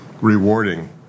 Rewarding